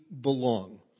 belong